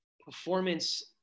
performance